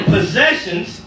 possessions